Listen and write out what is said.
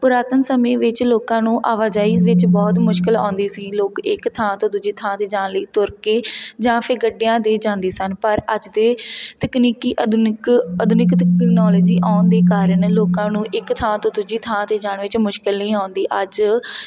ਪੁਰਾਤਨ ਸਮੇਂ ਵਿੱਚ ਲੋਕਾਂ ਨੂੰ ਆਵਾਜਾਈ ਵਿੱਚ ਬਹੁਤ ਮੁਸ਼ਕਲ ਆਉਂਦੀ ਸੀ ਲੋਕ ਇੱਕ ਥਾਂ ਤੋਂ ਦੂਜੀ ਥਾਂ 'ਤੇ ਜਾਣ ਲਈ ਤੁਰ ਕੇ ਜਾਂ ਫਿਰ ਗੱਡੀਆਂ 'ਤੇ ਜਾਂਦੇ ਸਨ ਪਰ ਅੱਜ ਦੇ ਤਕਨੀਕੀ ਆਧੁਨਿਕ ਆਧੁਨਿਕ ਤਕਨੋਲਜੀ ਆਉਣ ਦੇ ਕਾਰਨ ਲੋਕਾਂ ਨੂੰ ਇੱਕ ਥਾਂ ਤੋਂ ਦੂਜੀ ਥਾਂ 'ਤੇ ਜਾਣ ਵਿੱਚ ਮੁਸ਼ਕਲ ਨਹੀਂ ਆਉਂਦੀ ਅੱਜ